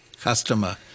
customer